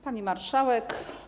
Pani Marszałek!